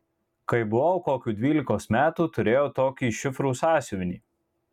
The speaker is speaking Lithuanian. kai buvau kokių dvylikos metų turėjau tokį šifrų sąsiuvinį